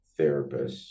therapists